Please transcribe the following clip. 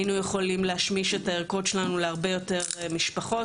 היינו יכולים להשמיש את הערכות שלנו להרבה יותר משפחות.